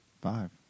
Five